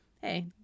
hey